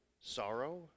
sorrow